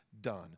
done